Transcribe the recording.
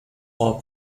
are